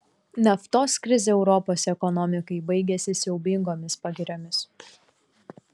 naftos krizė europos ekonomikai baigėsi siaubingomis pagiriomis